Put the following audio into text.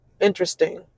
interesting